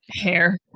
hair